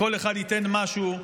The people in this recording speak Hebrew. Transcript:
כל אחד ייתן משהו.